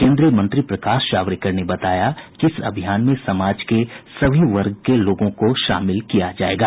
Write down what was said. केन्द्रीय मंत्री प्रकाश जावड़ेकर ने बताया कि इस अभियान में समाज के सभी वर्ग के लोगों को शामिल किया जायेगा